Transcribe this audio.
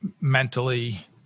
mentally